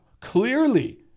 Clearly